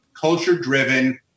Culture-driven